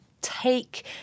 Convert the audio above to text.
take